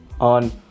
on